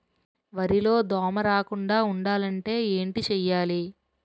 వరిలో దోమ రాకుండ ఉండాలంటే ఏంటి చేయాలి?